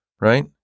right